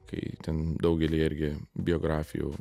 kai ten daugelyje irgi biografijų